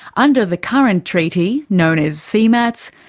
under the current treaty, known as cmats,